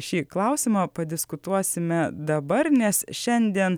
šį klausimą padiskutuosime dabar nes šiandien